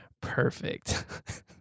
perfect